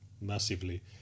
massively